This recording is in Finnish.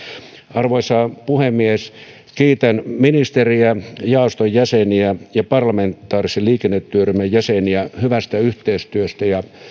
arvoisa puhemies kiitän ministeriä jaoston jäseniä ja parlamentaarisen liikennetyöryhmän jäseniä hyvästä yhteistyöstä ja